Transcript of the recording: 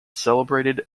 celebrated